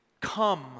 Come